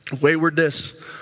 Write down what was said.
waywardness